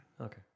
Okay